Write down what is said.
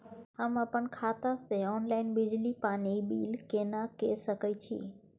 हम अपन खाता से ऑनलाइन बिजली पानी बिल केना के सकै छी?